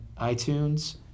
iTunes